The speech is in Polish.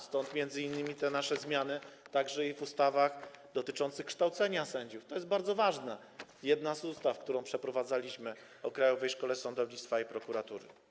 Stąd m.in. nasze zmiany także w ustawach dotyczących kształcenia sędziów - to jest bardzo ważne - jedna z ustaw, którą przeprowadzaliśmy, o Krajowej Szkole Sądownictwa i Prokuratury.